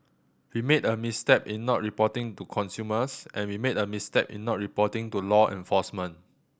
we made a misstep in not reporting to consumers and we made a misstep in not reporting to law enforcement